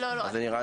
זה נראה